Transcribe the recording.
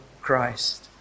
Christ